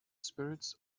spirits